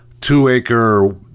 two-acre